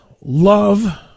love